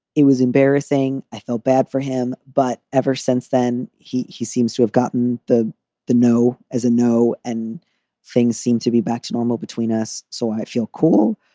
it was embarrassing? i felt bad for him. but ever since then, he he seems to have gotten the the no as a no. and things seem to be back to normal between us. so i feel cool.